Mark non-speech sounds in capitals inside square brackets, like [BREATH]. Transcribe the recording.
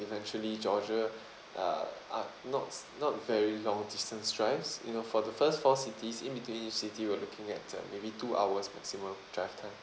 eventually georgia [BREATH] uh are not not very long distance drives you know for the first four cities in between those cities we're looking at uh maybe two hours maximum drive time